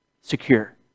secure